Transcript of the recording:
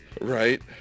right